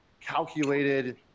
calculated